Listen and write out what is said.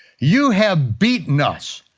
you have beaten us.